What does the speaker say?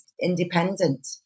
independent